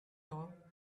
top